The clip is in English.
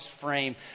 frame